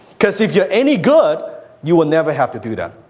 cause if you're any good, you will never have to do that.